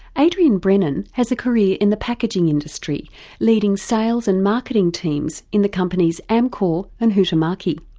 adrian brennan has a career in the packaging industry leading sales and marketing teams in the companies amcor and huhtamaki.